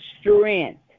strength